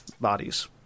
bodies